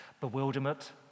Bewilderment